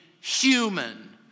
human